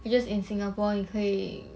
and just in singapore 你可以